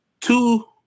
two